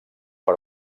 per